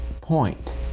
point